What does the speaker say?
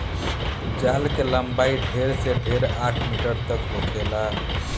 जाल के लम्बाई ढेर से ढेर आठ मीटर तक होखेला